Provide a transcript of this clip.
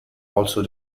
also